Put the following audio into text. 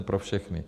Pro všechny.